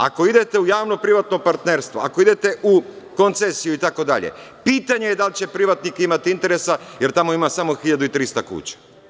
Ako idete u javno- privatno partnerstvo, ako idete u koncesiju itd, pitanje je da li će privatnik imati interesa, jer tamo ima samo 1.300 kuća.